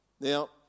Now